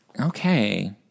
Okay